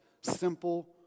Simple